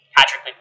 Patrick